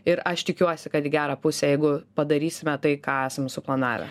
ir aš tikiuosi kad gerą pusę jeigu padarysime tai ką esam suplanavę